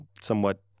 somewhat